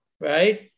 right